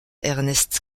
ernest